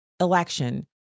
election